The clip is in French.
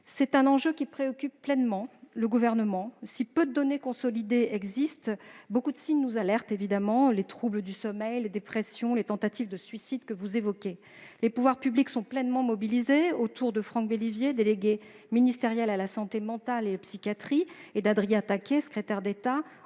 C'est un enjeu qui préoccupe pleinement le Gouvernement. Si peu de données consolidées existent, nombre de signes nous alertent : troubles du sommeil, dépressions et tentatives de suicide, que vous évoquiez. Les pouvoirs publics sont pleinement mobilisés autour de Franck Bellivier, délégué ministériel à la santé mentale et à la psychiatrie, et d'Adrien Taquet, secrétaire d'État,